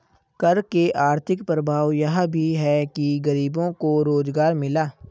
कर के आर्थिक प्रभाव यह भी है कि गरीबों को रोजगार मिला